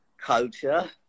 culture